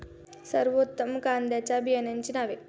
सर्वोत्तम कांद्यांच्या बियाण्यांची नावे?